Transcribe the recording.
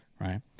Right